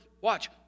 watch